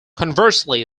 conversely